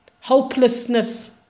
hopelessness